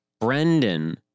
Brendan